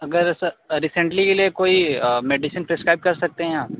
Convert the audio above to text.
अगर स रिसेंटली के लिए कोई मेडिसिन प्रिसक्राइब कर सकते हैं आप